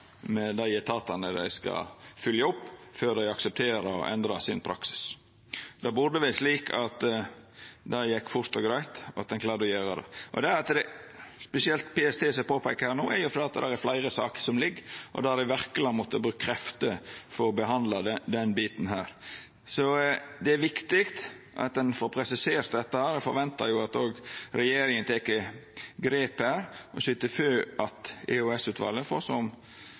med dei etatane dei skal følgja opp, før etatane aksepterer å endra praksisen sin. Det burde vera slik at ein klarte å gjera det fort og greitt. At det spesielt er PST som er påpeika her no, er fordi det er fleire saker som ligg, der ein verkelg har måtta brukt krefter for å behandla denne biten. So det er viktig at ein får presisert dette. Eg ventar at òg regjeringa tek grep her og syter for at EOS-utvalet får ein så effektiv måte som